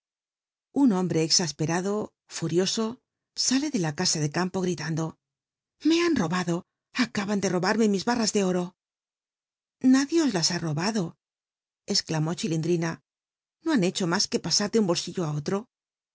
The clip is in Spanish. un hombre exasperado furioso sale de la casa de campo gritando me han robado acaban de robarme mis barra de oro xad ie os las ha robado exclamó c tilindrina no han hecho más uc pasar de un hol illo á otro